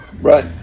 Right